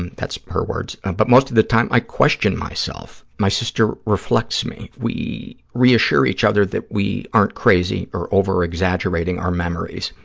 and that's her words. and but most of the time, i question myself. my sister reflects me. we reassure each other that we aren't crazy or over-exaggerating our memories.